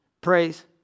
praise